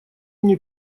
мне